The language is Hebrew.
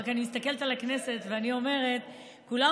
רק אני מסתכלת על הכנסת ואני אומרת: כולם